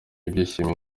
ibyishimo